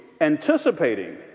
anticipating